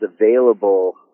available